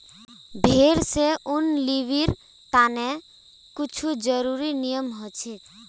भेड़ स ऊन लीबिर तने कुछू ज़रुरी नियम हछेक